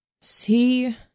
See